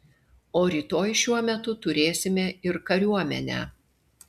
o rytoj šiuo metu turėsime ir kariuomenę